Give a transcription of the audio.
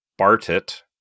Bartit